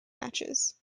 matches